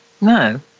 No